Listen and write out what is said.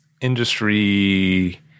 industry